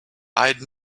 i’d